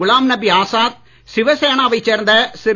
குலாம் நபி ஆசாத் சிவசேனாவைச் சேர்ந்த திரு